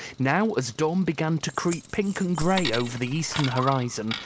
now, as dawn began to creep pink and gray over the eastern horizon,